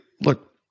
look